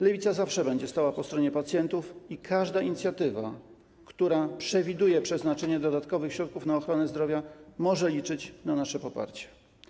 Lewica zawsze będzie stała po stronie pacjentów i każda inicjatywa, która przewiduje przeznaczenie dodatkowych środków na ochronę zdrowia, może liczyć na nasze poparcie.